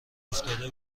افتاده